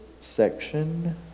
section